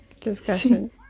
Discussion